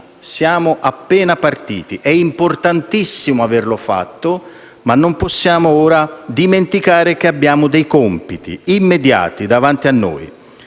Siamo appena partiti, ed è importantissimo averlo fatto, ma non possiamo ora dimenticare che abbiamo dei compiti immediati davanti a noi.